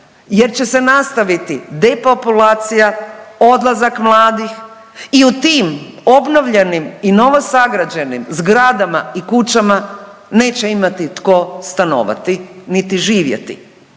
jer će se nastaviti depopulacija, odlazak mladih i u tim obnovljenim i novosagrađenim zgradama i kućama neće imati tko stanovati, niti živjeti